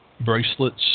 bracelets